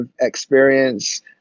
experience